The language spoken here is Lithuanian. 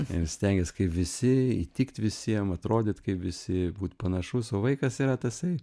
ir stengies kaip visi įtikt visiem atrodyt kaip visi būt panašus o vaikas tai yra tasai